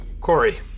Corey